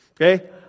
Okay